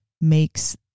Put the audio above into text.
makes